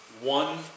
one